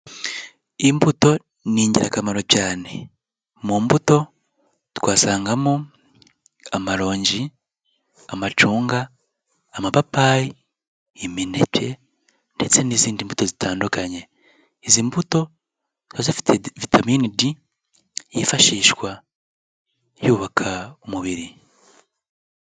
Imbuto ni ingirakamaro cyane, mu mbuto twasangamo amaronji, amacunga, amapapayi, imineke ndetse n'izindi mbuto zitandukanye, izi mbuto ziba zifite vitamin D yifashishwa yubaka umubiri.